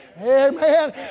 Amen